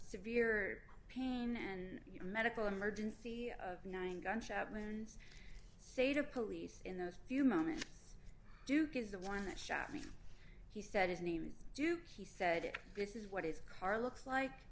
severe pain and medical emergency of nine gunshot wounds say to police in those few moments duke is the one that shot me he said his name is duke he said this is what is car looks like